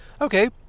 okay